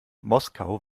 moskau